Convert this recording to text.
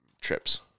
trips